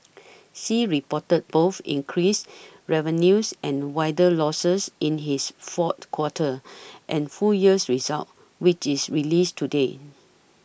sea reported both increased revenues and wider losses in its fourth quarter and full years results which its released today